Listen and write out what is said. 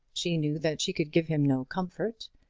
she knew that she could give him no comfort,